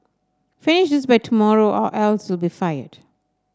finish this by tomorrow or else you'll be fired